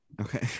okay